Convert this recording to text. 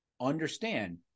Understand